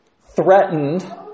threatened